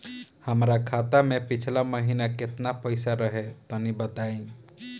हमरा खाता मे पिछला महीना केतना पईसा रहे तनि बताई?